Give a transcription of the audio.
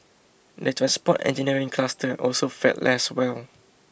the transport engineering cluster also fared less well